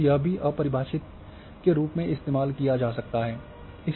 तो यह भी अपरिभाषित के रूप में इस्तेमाल किया जा सकता है